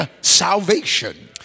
salvation